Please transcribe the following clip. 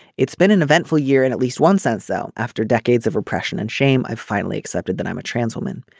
it's been an eventful year and at least one sense though after decades of repression and shame i've finally accepted that i'm a trans woman.